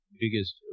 Biggest